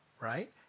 right